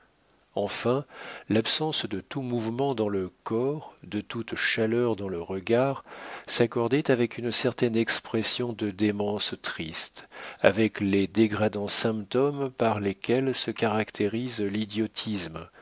enfin l'absence de tout mouvement dans le corps de toute chaleur dans le regard s'accordait avec une certaine expression de démence triste avec les dégradants symptômes par lesquels se caractérise l'idiotisme